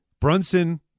Brunson